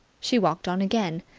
she walked on again.